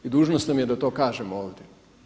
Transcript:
I dužnost nam je da to kažemo ovdje.